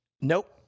Nope